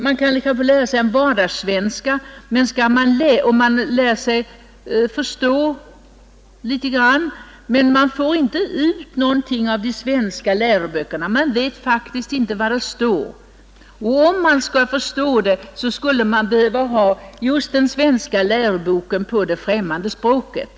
Man kan få läsa en vardagssvenska och man lär sig att förstå litet. Men man får inte ut något av de svenska läroböckerna och vet faktiskt inte vad som står där. För att förstå det skulle man behöva ha den svenska läroboken på det främmande språket.